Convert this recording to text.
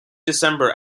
december